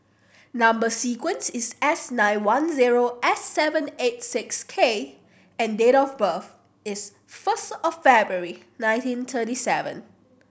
number sequence is S nine one zero S seven eight six K and date of birth is first of February nineteen thirty seven